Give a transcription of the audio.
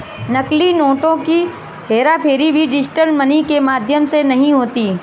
नकली नोटों की हेराफेरी भी डिजिटल मनी के माध्यम से नहीं होती